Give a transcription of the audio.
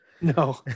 No